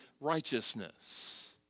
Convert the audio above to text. righteousness